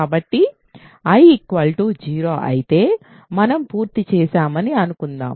కాబట్టి I 0 అయితే మనం పూర్తి చేశామని అనుకుందాం